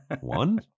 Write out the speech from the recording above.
one